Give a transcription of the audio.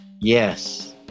Yes